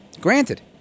granted